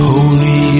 Holy